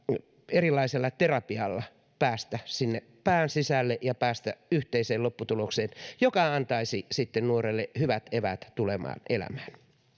erilaisella terapialla päästä sinne pään sisälle ja päästä yhteiseen lopputulokseen joka antaisi sitten nuorelle hyvät eväät tulevaan elämään